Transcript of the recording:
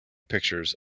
pictures